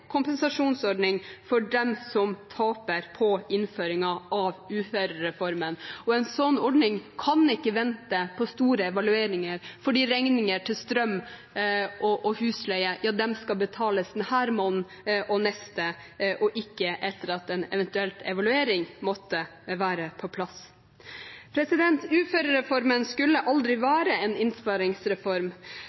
kompensasjonsordning for dem som taper på innføringen av uførereformen. En slik ordning kan ikke vente på store evalueringer, for regninger på strøm og husleie skal betales denne måneden og neste, og ikke etter at en eventuell evaluering måtte være på plass. Uførereformen skulle aldri være en innsparingsreform.